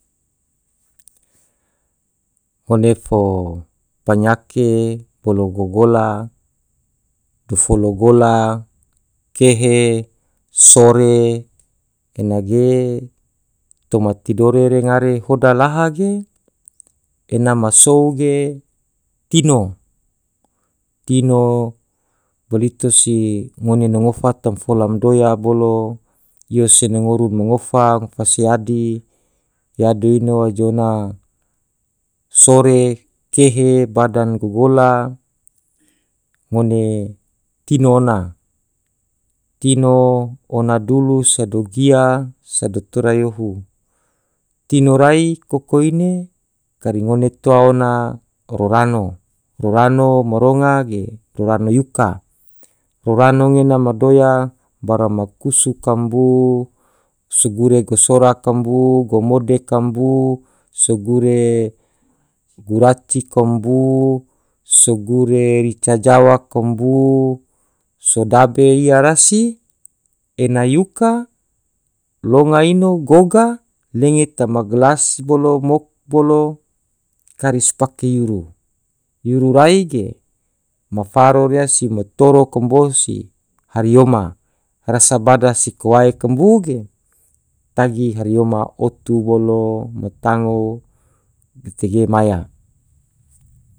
ngone fo panyake bolo gogola dafolo gola, kehe. sore ena ge toma tidore re ngare hoda laha ge ena masou ge tino bolito si ngone na ngofa tam mafola madoya bolo iyo se nongoru ma ngofa, ngofa si yadi yado ino waje ona sore. kehe, bada gogola ngone tino ona tino ona dulu sado gia sado tora yohu tino rain koko ine kari ngone toa ona ororrano, rorano maronga ge rorano yukan rorano ngena madoya bara makusu kambu so gure gosora kambu gamode kambu so gure guraci kambu sogure rica jawa kambu so dabe iya rasi ena yuka longa ino goga lenge tema gelas bolo mok bolo kari sipake yuru yuru rai ge mafaro rea si matoro kambo si hariyoma rasa bada se kowae kambu ge tagi hariyoma otu bolo matangogate ge maya.